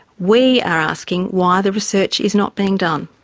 we are asking why the research is not being done.